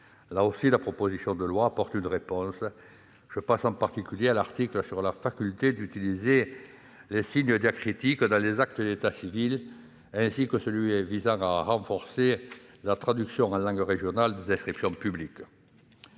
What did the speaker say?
Là aussi, la proposition de loi apporte une réponse : je pense, en particulier, à l'article relatif à la faculté d'utiliser les signes diacritiques dans les actes d'état civil, ainsi qu'à l'article visant à conforter la traduction en langue régionale des inscriptions publiques.